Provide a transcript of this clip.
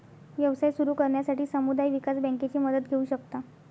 व्यवसाय सुरू करण्यासाठी समुदाय विकास बँकेची मदत घेऊ शकता